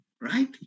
right